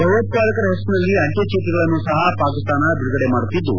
ಭಯೋತ್ಪಾದಕರ ಹೆಸರಿನಲ್ಲಿ ಅಂಜೆ ಚೀಟಗಳನ್ನೂ ಸಹ ಪಾಕಿಸ್ತಾನ ಬಿಡುಗಡೆ ಮಾಡುತ್ತಿದ್ದು